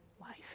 life